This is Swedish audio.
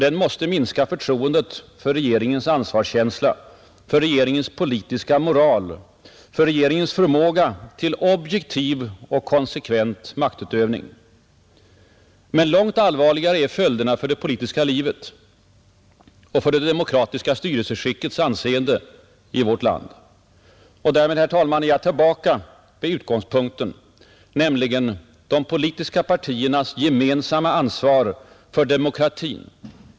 Den måste minska förtroendet för regeringens ansvarskänsla, för regeringens politiska moral, för regeringens förmåga till objektiv och konsekvent maktutövning. Men långt allvarligare är följderna för det politiska livet och för det demokratiska styrelseskickets anseende i vårt land. Och därmed är jag tillbaka vid utgångspunkten — de politiska partiernas gemensamma ansvar för demokratin.